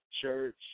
church